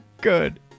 Good